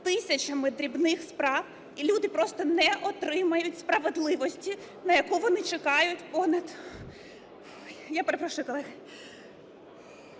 тисячами дрібних справ, і люди просто не отримають справедливості, на яку вони чекають понад… Я перепрошую, колеги.